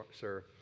sir